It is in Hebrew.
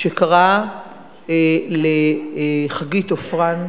מאוד שקרה לחגית עופרן